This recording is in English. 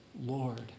Lord